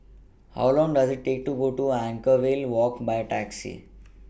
How Long Does IT Take to get to Anchorvale Walk By Taxi